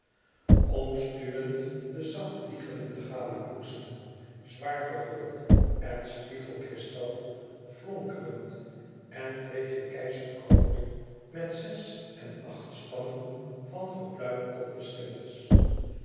omstuwend de zacht wiegelende gala koetsen zwaar verguld en spiegelkristal flonkerend en twee gekeizerkroond met zes en achtspannen van gepluimkopte schimmels